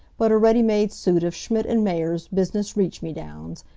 but a ready-made suit of schmitt and mayer's business reach-me-downs,